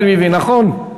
נכון?